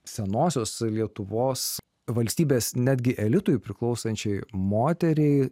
senosios lietuvos valstybės netgi elitui priklausančiai moteriai